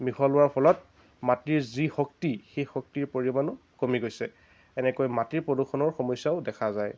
মিহলোৱাৰ ফলত মাটিৰ যি শক্তি সেই শক্তিৰ পৰিমাণো কমি গৈছে এনেকৈ মাটিৰ প্ৰদূষণৰ সমস্যাও দেখা যায়